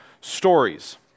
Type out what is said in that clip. stories